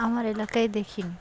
আমার এলাকায় দেখিনি